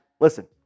listen